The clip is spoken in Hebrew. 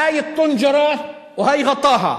האי טנג'רה והאי ע'טאאהא,